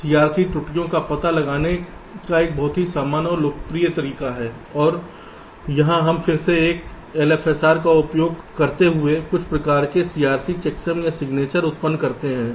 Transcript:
CRC त्रुटियों का पता लगाने का एक बहुत ही सामान्य और लोकप्रिय तरीका है और यहाँ हम फिर से एक LFSR का उपयोग करते हुए कुछ प्रकार के CRC चेकसम या सिग्नेचर उत्पन्न करते हैं